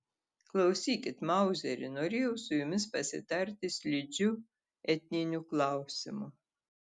klausykit mauzeri norėjau su jumis pasitarti slidžiu etniniu klausimu